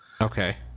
Okay